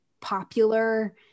popular